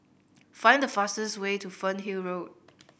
find the fastest way to Fernhill Road